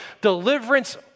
deliverance